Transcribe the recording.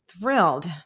Thrilled